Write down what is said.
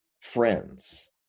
friends